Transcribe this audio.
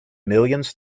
millions